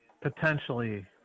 potentially